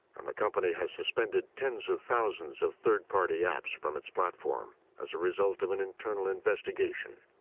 and the company has suspended tens of thousands of third-party apps from its platform as a result of an internal investigation.